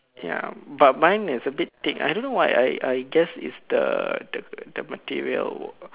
ya but mine is a bit thick I don't know why I I guess is the the material